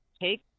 take